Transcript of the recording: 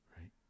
Right